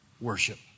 worship